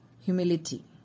humility